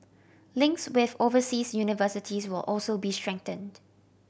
links with overseas universities will also be strengthened